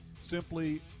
Simply